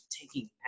taking